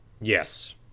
Yes